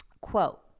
Quote